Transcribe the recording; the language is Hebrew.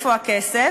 איפה הכסף?